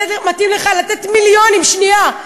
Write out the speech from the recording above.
מתאים לך לתת מיליונים, שנייה.